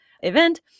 event